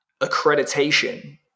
accreditation